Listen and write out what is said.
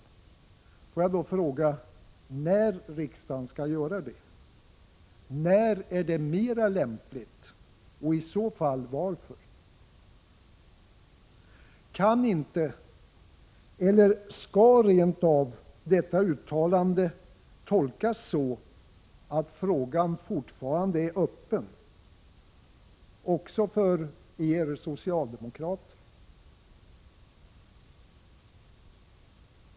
Får jag då fråga när riksdagen skall göra det? När är det mer lämpligt och i så fall varför? Kan inte— eller skall rent av— detta uttalande tolkas så att att frågan fortfarande är öppen, också för er socialdemokrater?